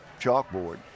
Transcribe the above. chalkboard